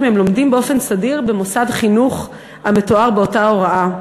אם הם לומדים באופן סדיר במוסד חינוך המתואר באותה הוראה.